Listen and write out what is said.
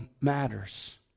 matters